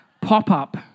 pop-up